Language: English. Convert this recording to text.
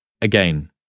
Again